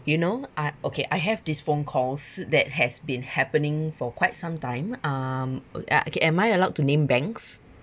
you know I okay I have this phone calls that has been happening for quite some time um uh okay am I allowed to name banks